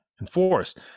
enforced